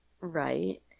Right